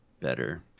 better